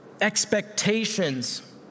expectations